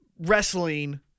wrestling